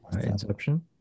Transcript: inception